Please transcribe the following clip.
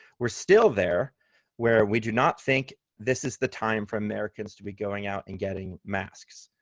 we're still there where we do not think this is the time for americans to be going out and getting masks.